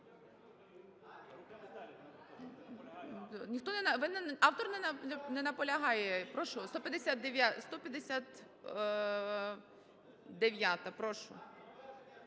Автор не наполягає. Прошу, 159-а. Прошу.